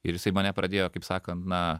ir jisai mane pradėjo kaip sakant na